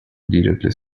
directly